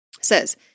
says